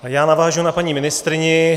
Já navážu na paní ministryni.